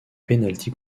pénalty